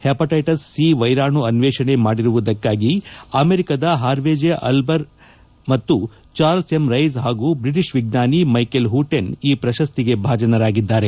hepatitis C ವೈರಾಣು ಅನ್ನೇಷಣೆ ಮಾಡಿರುವುದಕ್ಕಾಗಿ ಅಮೆರಿಕದ ಹಾರ್ವೆಜೆ ಆಲ್ಬರ್ ಮತ್ತು ಚಾರ್ಲ್ಸ್ ಎಂ ರೈಸ್ ಹಾಗೂ ಬ್ರಿಟಿಷ್ ವಿಜ್ಞಾನಿ ಮೈಕೆಲ್ ಹೂಟಿನ್ ಈ ಪ್ರಶಸ್ತಿಗೆ ಭಾಜನರಾಗಿದ್ದಾರೆ